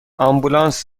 آمبولانس